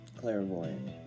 Clairvoyant